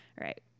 Right